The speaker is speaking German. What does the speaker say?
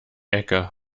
ecke